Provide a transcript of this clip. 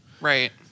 Right